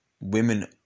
women